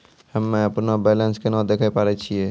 हम्मे अपनो बैलेंस केना देखे पारे छियै?